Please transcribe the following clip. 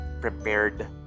prepared